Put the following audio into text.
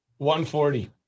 140